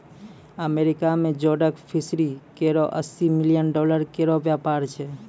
America में जोडक fishery केरो अस्सी मिलियन डॉलर केरो व्यापार छै